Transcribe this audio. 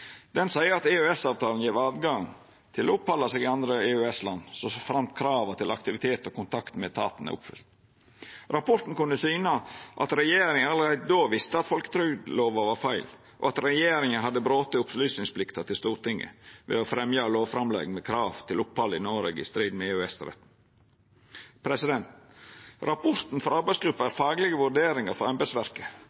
at EØS-avtala gjev løyve til å opphalda seg i andre EØS-land så framt kravet til aktivitet og kontakt med etaten er oppfylt. Rapporten synte at regjeringa allereie då visste at folketrygdlova var feil, og at regjeringa hadde brote opplysningsplikta til Stortinget ved å fremja lovframlegg med krav til opphald i Noreg i strid med EØS-retten. Rapporten frå arbeidsgruppa er